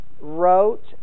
wrote